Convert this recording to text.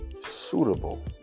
suitable